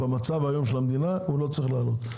במצב היום של המדינה, הוא לא צריך לעלות.